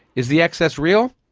is the excess real?